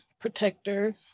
protector